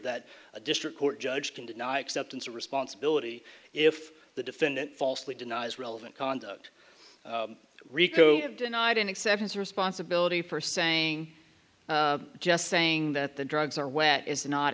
that a district court judge can deny acceptance of responsibility if the defendant falsely denies relevant conduct rico you have denied an acceptance of responsibility for saying just saying that the drugs are wet is not